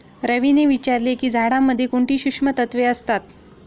रवीने विचारले की झाडांमध्ये कोणती सूक्ष्म तत्वे असतात?